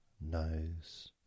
Nose